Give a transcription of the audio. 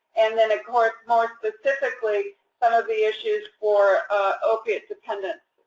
and then of course more specifically some of the issues for opioid dependent,